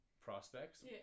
prospects